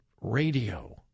radio